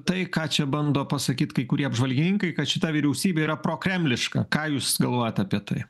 tai ką čia bando pasakyt kai kurie apžvalgininkai kad šita vyriausybė yra prokremliška ką jūs galvojat apie tai